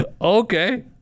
Okay